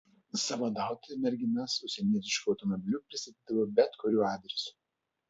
sąvadautojai merginas užsienietišku automobiliu pristatydavo bet kuriuo adresu